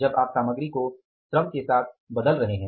जब आप सामग्री को श्रम के साथ बदल रहे हैं